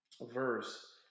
Verse